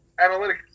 analytics